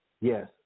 Yes